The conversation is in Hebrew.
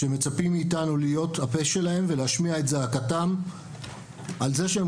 שמצפים מאתנו להיות הפה שלהם ולהשמיע את זעקתם על זה שהם